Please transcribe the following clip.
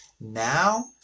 now